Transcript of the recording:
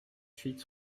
huit